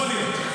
יכול להיות,